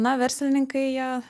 na verslininkai jie